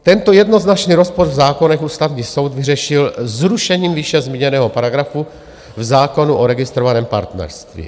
Tento jednoznačný rozpor v zákonech Ústavní soud vyřešil zrušením výše zmíněného paragrafu v zákonu o registrovaném partnerství.